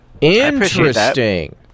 Interesting